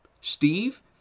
Steve